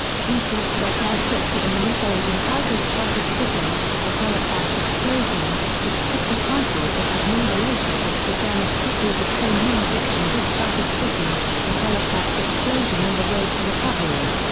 keith ross leckie scripted a miniseries entitled shattered city the halifax explosion, which took the title but has no relationship to janet kitz's acclaimed non-fiction book shattered city the halifax explosion and the road to recovery.